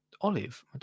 olive